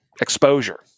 exposure